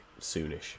soonish